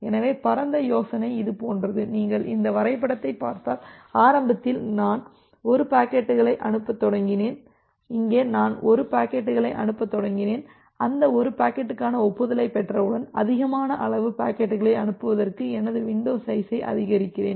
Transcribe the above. எனவே பரந்த யோசனை இது போன்றது நீங்கள் இந்த வரைபடத்தைப் பார்த்தால் ஆரம்பத்தில் நான் 1 பாக்கெட்டுகளை அனுப்பத் தொடங்கினேன் இங்கே நான் 1 பாக்கெட்டுகளை அனுப்பத் தொடங்கினேன் அந்த 1 பாக்கெட்டுக்கான ஒப்புதலைப் பெற்றவுடன் அதிகமான அளவு பாக்கெட்டுகளை அனுப்புவதற்கு எனது வின்டோ சைஸை அதிகரிக்கிறேன்